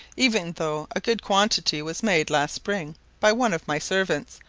even though a good quantity was made last spring by one of my servants,